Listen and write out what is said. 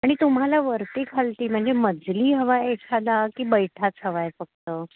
आणि तुम्हाला वरती खालती म्हणजे मजली हवा आहे एखादा की बैठाच हवा आहे फक्त